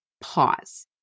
pause